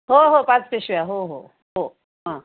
हो हो पाच पिशव्या हो हो हो हां